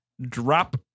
drop